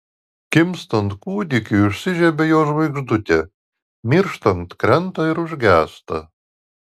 gimstant kūdikiui užsižiebia jo žvaigždutė mirštant krenta ir užgęsta